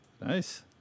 Nice